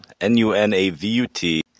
N-U-N-A-V-U-T